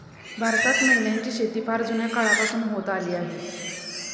भारतात मेंढ्यांची शेती फार जुन्या काळापासून होत आली आहे